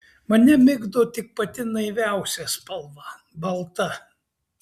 mane migdo tik pati naiviausia spalva balta